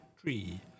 tree